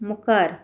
मुखार